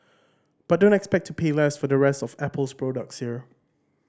but don't expect to pay less for the rest of Apple's products here